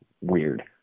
Weird